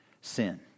sin